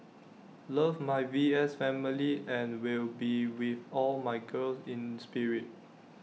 love my V S family and will be with all my girls in spirit